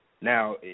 Now